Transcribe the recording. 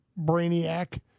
Brainiac